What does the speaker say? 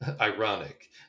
ironic